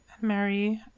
Mary